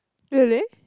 really